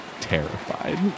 terrified